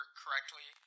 correctly